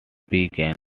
began